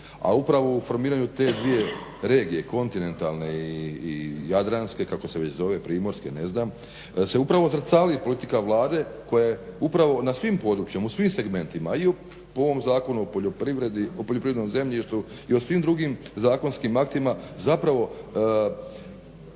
a upravo u formiranju te dvije regije kontinentalne i jadranske, kako se već zove, primorske, se upravo zrcali politika Vlade koja je upravo na svim područjima u svim segmentima, i po ovom Zakonu o poljoprivrednom zemljištu i o svim drugim zakonskim aktima zapravo